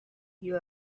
you